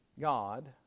God